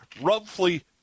roughly